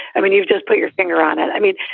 i mean, you've just put your finger on it. i mean,